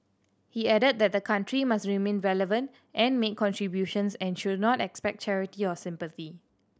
he added that the country must remain relevant and make contributions and should not expect charity or sympathy